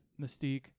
Mystique